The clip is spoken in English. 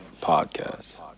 Podcast